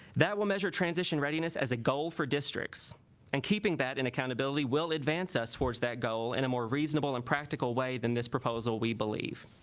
that will measure transition readiness as a goal for districts and keeping that in accountability will advance us towards that goal in a more reasonable and practical way than this proposal we believe